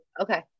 Okay